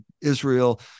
Israel